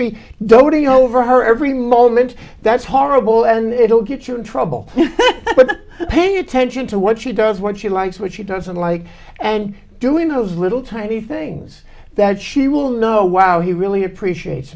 doting over her every moment that's horrible and it will get you in trouble but pay attention to what she does what she likes what she doesn't like and doing those little tiny things that she will know wow he really appreciates